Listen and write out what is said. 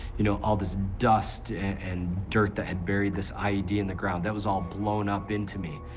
you know all this dust and dirt that had buried this ied in the ground, that was all blown up into me.